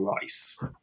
rice